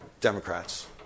Democrats